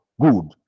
good